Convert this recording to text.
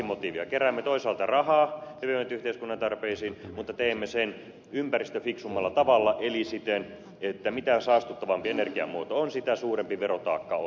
keräämme toisaalta rahaa hyvinvointiyhteiskunnan tarpeisiin mutta teemme sen ympäristöfiksummalla tavalla eli siten että mitä saastuttavampi energiamuoto on sitä suurempi verotaakka on